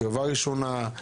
לקרבה ראשונה.